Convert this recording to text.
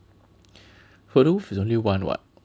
photobooth is only one [what]